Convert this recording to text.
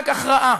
רק הכרעה